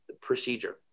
procedure